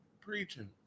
preaching